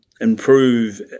improve